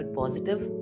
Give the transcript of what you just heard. positive